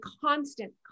constant